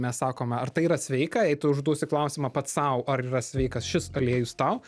mes sakome ar tai yra sveika jei tu užduosi klausimą pats sau ar yra sveikas šis aliejus tau